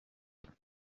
kivu